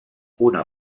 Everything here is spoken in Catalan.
una